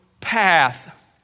path